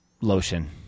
lotion